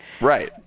Right